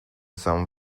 some